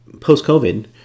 post-COVID